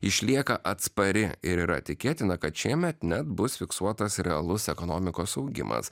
išlieka atspari ir yra tikėtina kad šiemet net bus fiksuotas realus ekonomikos augimas